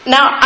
Now